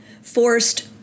forced